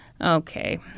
Okay